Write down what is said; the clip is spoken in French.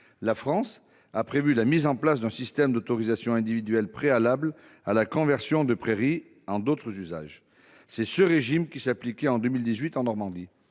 la France a prévu la mise en place d'un système d'autorisation individuelle préalable à la conversion de prairies en d'autres usages. C'est ce régime qui s'appliquait en 2018 en Normandie.